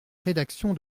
rédaction